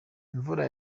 imvura